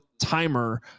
timer